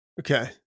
Okay